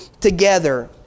together